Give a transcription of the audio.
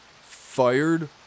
fired